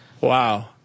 Wow